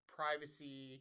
privacy